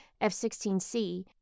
F-16C